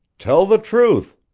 tell the truth!